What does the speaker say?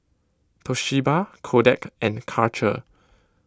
Toshiba Kodak and Karcher